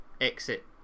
exit